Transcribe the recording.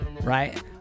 Right